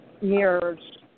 mirrors